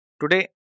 Today